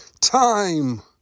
Time